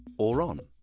or on